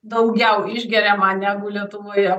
daugiau išgeriama negu lietuvoje